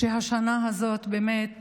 שהשנה הזאת באמת